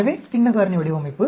எனவே பின்ன காரணி வடிவமைப்பு